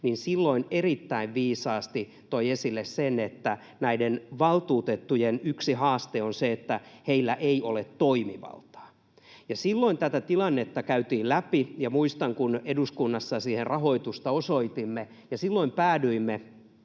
Silloin erittäin viisaasti hän toi esille sen, että näiden valtuutettujen yksi haaste on se, että heillä ei ole toimivaltaa. Silloin tätä tilannetta käytiin läpi, ja muistan, kun eduskunnassa siihen rahoitusta osoitimme. Silloin päädyimme